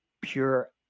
pure